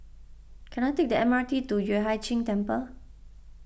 can I take the M R T to Yueh Hai Ching Temple